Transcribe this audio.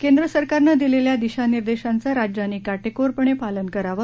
केंद्र सरकारनं दिलेल्या दिशानिर्देशांचं राज्यांनी काटेकोरपणे पालन करावं